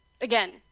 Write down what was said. again